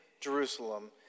Jerusalem